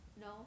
No